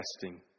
testing